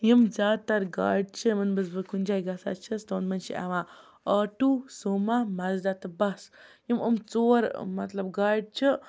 یِم زیادٕتر گاڑِ چھِ یِمَن منٛز بہٕ کُنہِ جایہِ گژھان چھَس تِمَن منٛز چھِ اِوان آٹوٗ سوما مَزداہ تہٕ بَس یِم یِم ژور مطلب گاڑِ چھِ